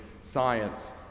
science